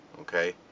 Okay